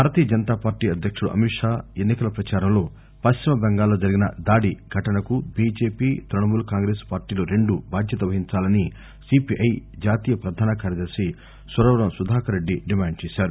BJP అధ్యక్షుడు అమిత్షా ఎన్నికల ప్రచారంలో పశ్చిమబెంగాల్లో జరిగిన దాడి ఫుటనకు బీజేపీ తృణముల్ కాంగ్రెస్ పార్టీలు రెండు బాధ్యత వహించాలని సీపీఐ జాతీయ ప్రధాన కార్యదర్శి సురవరం సుధాకర్రెడ్డి డిమాండ్ చేశారు